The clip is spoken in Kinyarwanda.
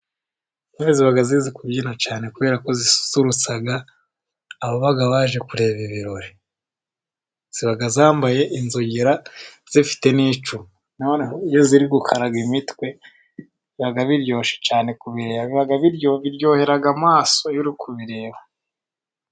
Intore ziba zizi kubyina cyane kubera ko zisusurutsa ababa baje kureba ibirori. Ziba zambaye inzogera zifite n'icumu ziri gukararaga imitwe biryoshye cyane, biryohera amaso y'uri kubireba.